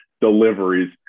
deliveries